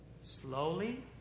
slowly